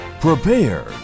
Prepare